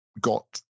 got